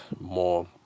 more